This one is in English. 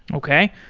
okay.